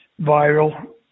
viral